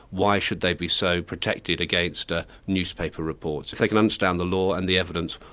why should they be so protected against ah newspaper reports? if they can understand the law and the evidence,